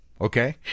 Okay